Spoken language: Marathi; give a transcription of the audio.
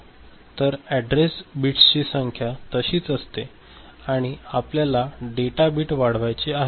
तर अॅड्रेस बिट्सची संख्या तशीच असतेआणि आपल्याला डेटा बिट वाढवायचे आहेत